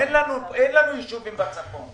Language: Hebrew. אין לנו ישובים בצפון.